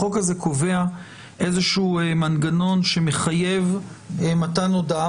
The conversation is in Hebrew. החוק הזה קובע איזשהו מנגנון שמחייב מתן הודעה